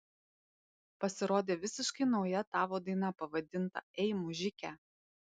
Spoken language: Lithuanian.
pasirodė visiškai nauja tavo daina pavadinta ei mužike